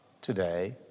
today